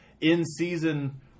in-season